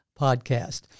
podcast